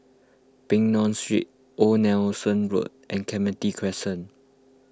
Peng Nguan Street Old Nelson Road and Clementi Crescent